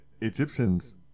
Egyptians